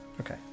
Okay